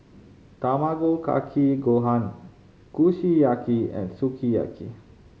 Tamago Kake Gohan Kushiyaki and Sukiyaki